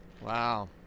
Wow